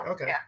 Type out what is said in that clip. Okay